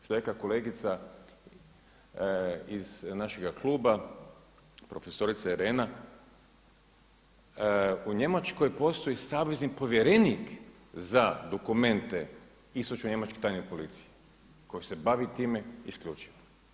Što rekla kolegica iz našega kluba, prof. Irena, u Njemačkoj postoji savezni povjerenik za dokumente, Istočno Njemačke tajne policije koji se bavi time isključivo.